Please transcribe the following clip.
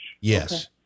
Yes